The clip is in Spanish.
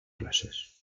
clases